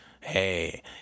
Hey